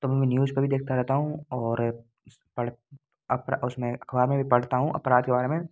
तो मैं न्यूज पर भी देखता रहता हूँ और उस पढ़ उसमें अखबार में भी पढ़ता हूँ अपराध के बारे में